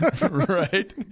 Right